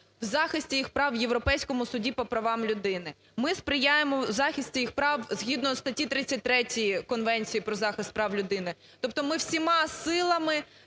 в захисті їх прав в Європейському суді по правам людини, ми сприяємо в захисті їх прав, згідно статті 33 Конвенції про захист прав людини. Тобто ми всіма силами,